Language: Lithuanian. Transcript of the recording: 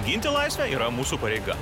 ginti laisvę yra mūsų pareiga